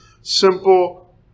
simple